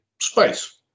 space